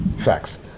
facts